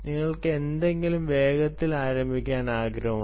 നിങ്ങൾക്ക് എന്തെങ്കിലും വേഗത്തിൽ ആരംഭിക്കാൻ ആഗ്രഹമുണ്ട്